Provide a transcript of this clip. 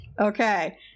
Okay